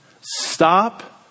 Stop